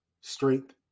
strength